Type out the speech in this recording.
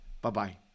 Bye-bye